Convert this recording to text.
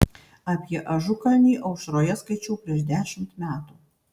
apie ažukalnį aušroje skaičiau prieš dešimt metų